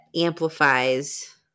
amplifies